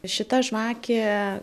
šita žvakė